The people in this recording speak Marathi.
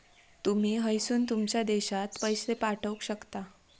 तुमी हयसून तुमच्या देशात पैशे पाठवक शकता